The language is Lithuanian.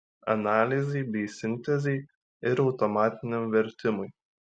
analizei bei sintezei ir automatiniam vertimui